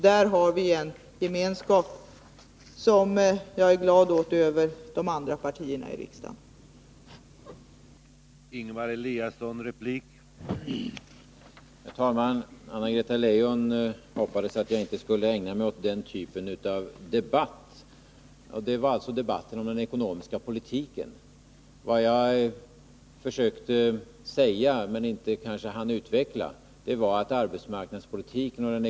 Där har vi en gemenskap mellan de andra partierna i riksdagen som jag är glad över.